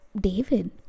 David